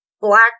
black